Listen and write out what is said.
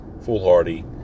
foolhardy